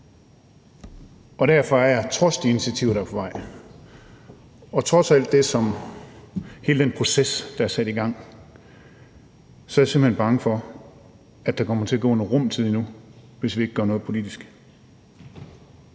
og derfor er jeg trods de initiativer, der er på vej, og trods hele den proces, der er sat i gang, simpelt hen bange for, at der kommer til at gå en rum tid endnu, hvis vi ikke gør noget politisk.